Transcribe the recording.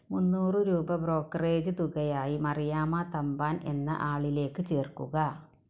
മുന്നൂറ് രൂപ ബ്രോക്കറേജ് തുകയായി മറിയാമ്മ തമ്പാൻ എന്ന ആളിലേക്ക് ചേർക്കുക